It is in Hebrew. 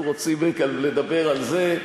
אם אנחנו רוצים לדבר על זה,